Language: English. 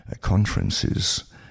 conferences